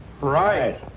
Right